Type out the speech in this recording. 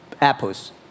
apples